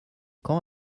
quand